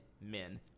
Men